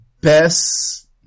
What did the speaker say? Best